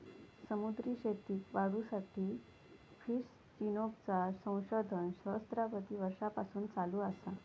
समुद्री शेतीक वाढवुसाठी फिश जिनोमचा संशोधन सहस्त्राबधी वर्षांपासून चालू असा